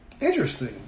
Interesting